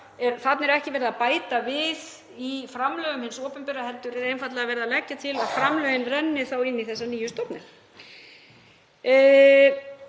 þarna er ekki verið að bæta við framlög hins opinbera heldur er einfaldlega verið að leggja til að framlögin renni þá inn í þessa nýju stofnun.